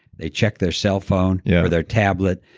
they check their cell phone or their tablet,